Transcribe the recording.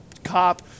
cop